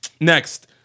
Next